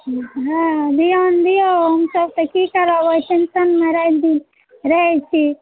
हॅं ध्यान दियौ हम सब तऽ की करब एहि टेंशन मे राति दिन रहै छी